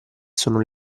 sono